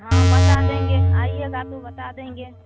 हाँ बता देंगे आइएगा तो बता देंगे